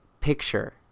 picture